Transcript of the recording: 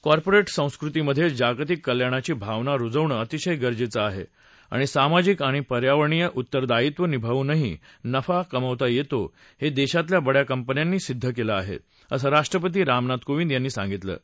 corporate संस्कृतीमध्ये सामाजिक कल्याणाची भावना रुजवणं अतिशय गरजेचं आहे आणि सामाजिक आणि पर्यावरणीय उत्तरदायित्व निभावूनही नफा कमवता येतो हे देशातल्या बड्या कंपन्यांनी सिद्ध केलं आहे असं राष्ट्रपती रामनाथ कोविंद यांनी सांगितलं आहे